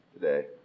today